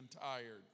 tired